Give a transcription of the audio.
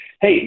hey